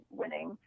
winning